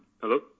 Hello